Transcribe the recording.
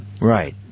Right